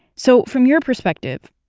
so, from your perspective,